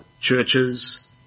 churches